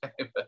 okay